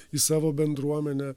į savo bendruomenę